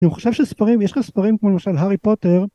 אני חושב שספרים, יש לה ספרים כמו למשל הארי פוטר.